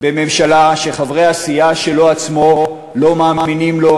בממשלה שחברי הסיעה שלו עצמו לא מאמינים לו,